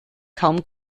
kaum